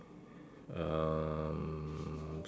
um